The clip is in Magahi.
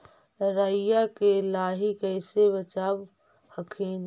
राईया के लाहि कैसे बचाब हखिन?